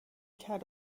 کرد